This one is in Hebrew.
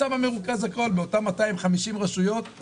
שם מרוכז הכל, בתוך אותן 250 רשויות.